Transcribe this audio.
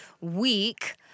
week